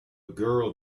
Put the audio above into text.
girl